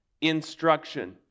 instruction